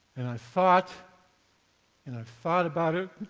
and i thought and i thought about it,